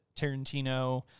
Tarantino